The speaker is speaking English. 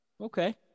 Okay